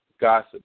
gossip